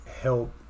help